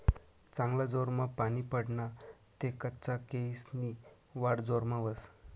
चांगला जोरमा पानी पडना ते कच्चा केयेसनी वाढ जोरमा व्हस